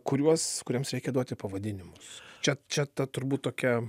kuriuos kuriems reikia duoti pavadinimus čia čia ta turbūt tokia